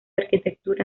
arquitectura